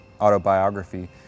autobiography